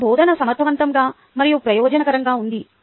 నా బోధన సమర్థవంతంగా మరియు ప్రయోజనకరంగా ఉంది